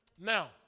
Now